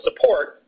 support